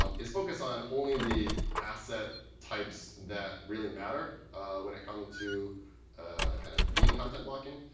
um is focus on only the asset types that really matter when it comes to kind of being content blocking.